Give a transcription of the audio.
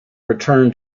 return